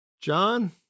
John